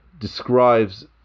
describes